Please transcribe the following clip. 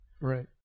Right